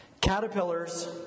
caterpillars